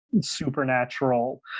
supernatural